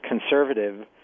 conservative